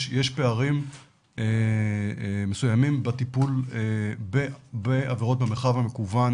יש פערים מסוימים בטיפול בעבירות במרחב המקוון